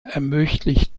ermöglicht